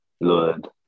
Lord